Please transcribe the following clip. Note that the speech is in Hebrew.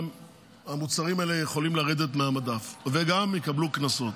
המוצרים האלה יכולים לרדת מהמדף וגם יקבלו קנסות.